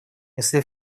если